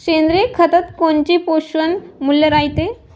सेंद्रिय खतात कोनचे पोषनमूल्य रायते?